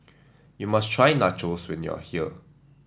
you must try Nachos when you are here